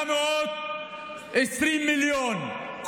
מיליארד ו-820 מיליון,